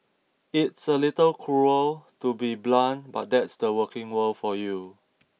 it's a little cruel to be blunt but that's the working world for you